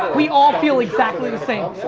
we all feel exactly the same.